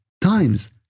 times